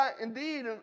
Indeed